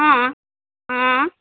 हॅं हॅं